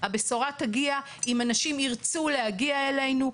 הבשורה תגיע אם אנשים ירצו להגיע אלינו,